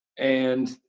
and,